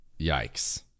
Yikes